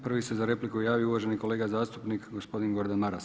Prvi se za repliku javio uvaženi kolega zastupnik gospodin Gordan Maras.